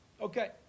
okay